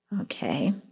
Okay